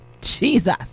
Jesus